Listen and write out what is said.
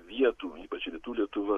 vietų ypač rytų lietuva